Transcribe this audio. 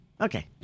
Okay